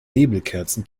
nebelkerzen